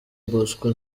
bosco